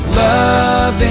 love